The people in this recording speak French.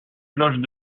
cloches